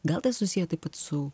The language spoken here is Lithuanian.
gal tas susiję taip su